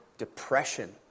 depression